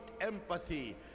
empathy